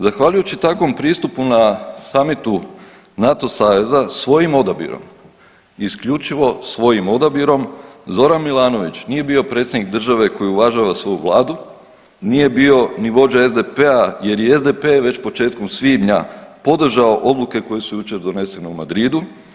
Zahvaljujući takvom pristupu na summitu NATO saveza svojim odabirom, isključivo svojim odabirom Zoran Milanović nije bio predsjednik države koji uvažava svoju vladu, nije bio ni vođa SDP-a jer i SDP je već početkom svibnja podržao odluke koje su jučer donesene u Madridu.